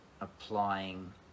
applying